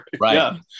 Right